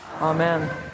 Amen